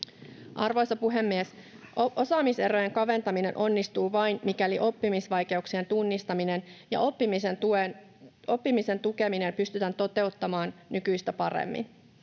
Arvoisa puhemies! Osaamiserojen kaventaminen onnistuu vain, mikäli oppimisvaikeuksien tunnistaminen ja oppimisen tukeminen pystytään toteuttamaan nykyistä paremmin.